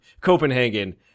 Copenhagen